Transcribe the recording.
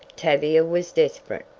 tavia was desperate,